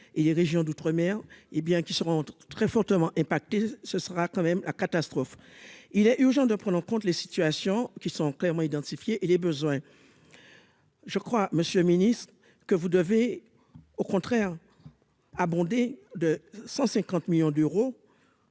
et les régions d'outre-mer, hé bien qu'il se rende très fortement ce sera quand même la catastrophe, il est urgent de prendre en compte les situations qui sont clairement identifiées et les besoins, je crois, Monsieur le Ministre, que vous devez au contraire abondé de 150 millions d'euros.